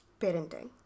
parenting